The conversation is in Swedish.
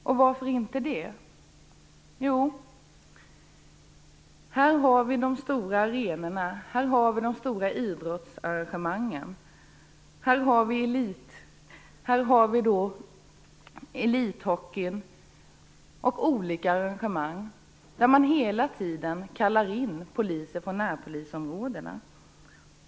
Jo, på grund av att vi här har de stora arenorna, de stora idrottsarrangemangen, elithockey och andra arrangemang till vilka man kallar in poliser från närpolisområdena.